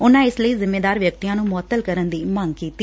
ਉਨਾਂ ਇਸ ਲਈ ਜਿੰਮੇਦਾਰ ਵਿਅਕਤੀਆਂ ਨੁੰ ਮੁਅੱਤਲ ਕਰਨ ਦੀ ਮੰਗ ਕੀਤੀ